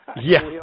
Yes